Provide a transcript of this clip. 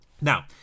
Now